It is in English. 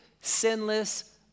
sinless